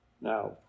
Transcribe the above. Now